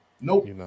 nope